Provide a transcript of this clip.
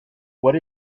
what